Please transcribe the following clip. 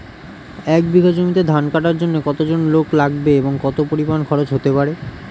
এক বিঘা জমিতে ধান কাটার জন্য কতজন লোক লাগবে এবং কত পরিমান খরচ হতে পারে?